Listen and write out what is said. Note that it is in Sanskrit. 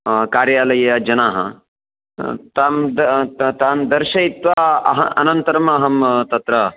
कार्यालयजनाः तान् तान् दर्शयित्वा अहम् अनन्तरम् अहं तत्र